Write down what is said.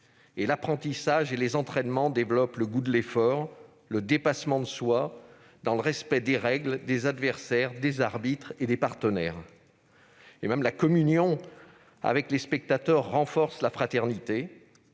L'apprentissage et les entraînements développent le goût de l'effort, le dépassement de soi, dans le respect des règles, des adversaires, des arbitres et des partenaires. La communion avec les spectateurs renforce la fraternité,